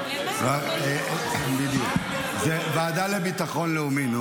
נו, די, זה לוועדה לביטחון לאומי.